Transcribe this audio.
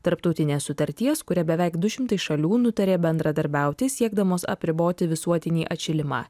tarptautinės sutarties kuria beveik du šimtai šalių nutarė bendradarbiauti siekdamos apriboti visuotinį atšilimą